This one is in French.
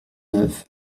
neuf